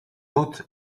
knuth